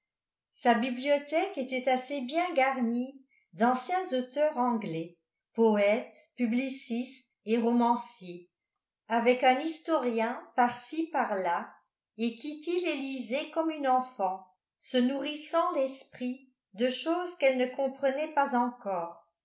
sa bibliothèque était assez bien garnie d'anciens auteurs anglais poètes publicistes et romanciers avec un historien par-ci par-là et kitty les lisait comme une enfant se nourrissant l'esprit de choses qu'elle ne comprenait pas encore